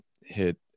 hit